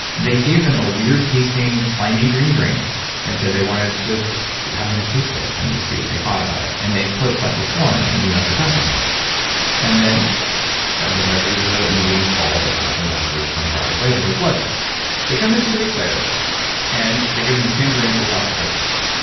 they gave them a weird-tasting, slimy green drink and said they wanted to just have them taste it and just see what they thought about it. and they put cyclosporine and immunosuppressant in it and then they measured the immune fall that happens afterwards twenty four hours later with blood tests they come in two weeks later and they give them the same drink without the cyclosporine.